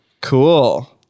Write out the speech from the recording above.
cool